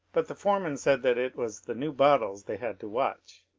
but the foreman said that it was the new bottles they had to watch.